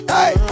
Hey